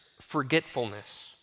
forgetfulness